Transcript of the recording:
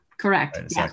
Correct